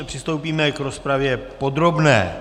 Přistoupíme k rozpravě podrobné.